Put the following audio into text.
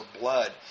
blood